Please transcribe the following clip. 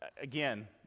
again